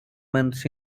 months